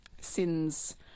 SIN's